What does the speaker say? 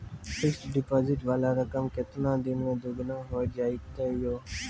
Fixed deposit वाला रकम केतना दिन मे दुगूना हो जाएत यो?